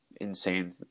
insane